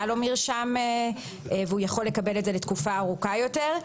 לו מרשם והוא יכול לקבל את זה לתקופה ארוכה יותר.